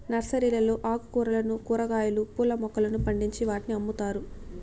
నర్సరీలలో ఆకుకూరలను, కూరగాయలు, పూల మొక్కలను పండించి వాటిని అమ్ముతారు